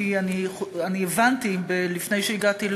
כי הבנתי לפני שהגעתי הנה,